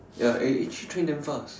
ya eh actually train damn fast